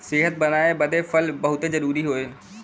सेहत बनाए बदे फल बहुते जरूरी हौ